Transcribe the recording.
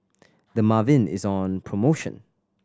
dermaveen is on promotion